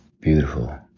Beautiful